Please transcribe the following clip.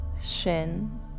shin